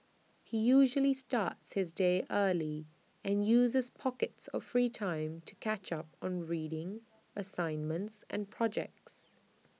he usually starts his day early and uses pockets of free time to catch up on reading assignments and projects